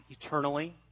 eternally